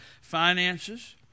finances